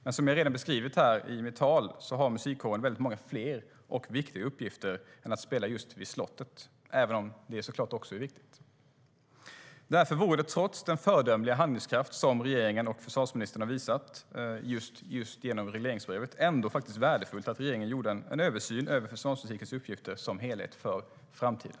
Men som jag redan beskrivit i mitt tal har musikkåren väldigt många fler och viktiga uppgifter än att spela vid slottet, även om det såklart också är viktigt. Därför vore det, trots den föredömliga handlingskraft som regeringen och försvarsministern har visat genom regleringsbrevet, värdefullt om regeringen kunde göra en översyn av försvarsmusikens uppgifter som helhet inför framtiden.